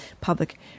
Public